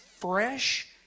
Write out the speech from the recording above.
Fresh